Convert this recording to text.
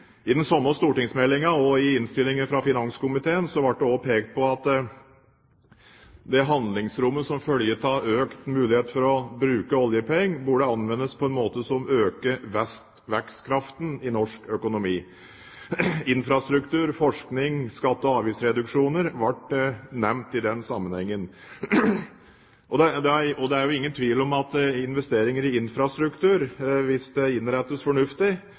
I den stortingsmeldingen og i innstillingen fra finanskomiteen ble det pekt på at det handlingsrommet som følger av økt oljepengebruk, bør anvendes på en måte som også øker vekstkraften i norsk økonomi. Infrastruktur, forskning og skatte- og avgiftsreduksjoner ble nevnt i den sammenhengen. Det er ingen tvil om at investeringer i infrastruktur kan, dersom de innrettes fornuftig,